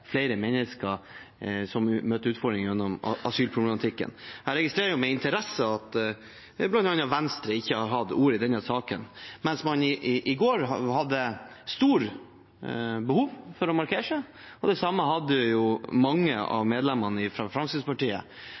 flere mennesker som møter utfordringer i forbindelse med asylproblematikken. Jeg registrerer med interesse at bl.a. Venstre ikke har tatt ordet i denne saken, mens man i går hadde et stort behov for å markere seg. Det samme hadde mange av representantene fra Fremskrittspartiet.